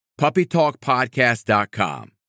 puppytalkpodcast.com